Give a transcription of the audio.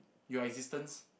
your existence